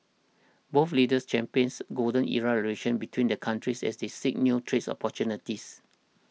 both leaders champions golden era relations between their countries as they seek new trade opportunities